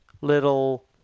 little